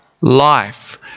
life